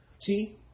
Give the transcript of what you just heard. See